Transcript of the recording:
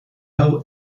hau